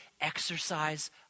exercise